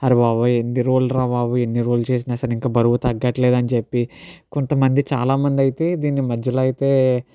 అరే బాబు ఎన్ని రోజులు రా బాబు ఎన్ని రోజులు చేసినా సరే ఇంకా బరువు తగ్గట్లేదని చెప్పి కొంతమంది చాలామందైతే దీన్ని మధ్యలో అయితే